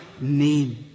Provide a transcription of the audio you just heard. name